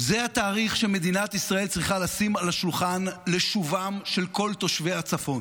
זה התאריך שמדינת ישראל צריכה לשים על השולחן לשובם של כל תושבי הצפון.